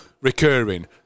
recurring